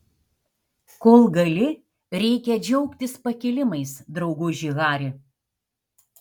kol gali reikia džiaugtis pakilimais drauguži hari